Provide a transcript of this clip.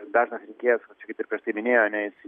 dažnas rinkėjas va čia kaip ir prieš tai minėjo ane jis